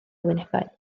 wynebau